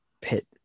pit